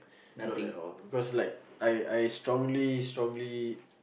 not all all because like I strongly strongly